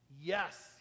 Yes